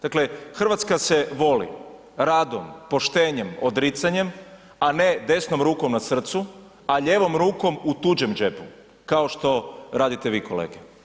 Dakle, Hrvatska se voli radom, poštenjem, odricanjem a ne desnom ruku na srcu a lijevom rukom u tuđem džepu kao što radite vi kolege.